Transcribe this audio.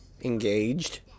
Engaged